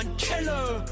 killer